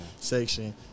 section